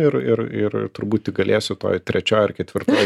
ir ir ir turbūt tik galėsiu toj trečioj ar ketvirtoj